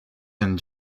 and